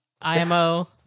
IMO